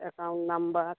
account number